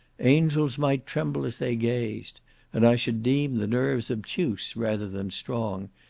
angels might tremble as they gazed and i should deem the nerves obtuse, rather than strong,